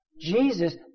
Jesus